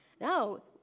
No